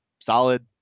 solid